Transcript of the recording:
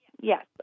yes